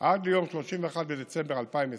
עד ליום 31 בדצמבר 2020